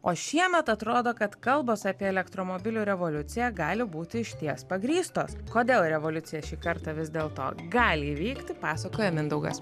o šiemet atrodo kad kalbos apie elektromobilių revoliuciją gali būti išties pagrįstos kodėl revoliucija šį kartą vis dėl to gali įvykti pasakoja mindaugas